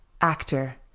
actor